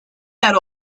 that